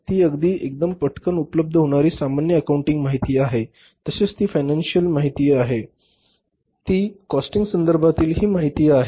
ती अगदी पटकन उपलब्ध होणारी सामान्य अकाउंटिंग माहिती आहे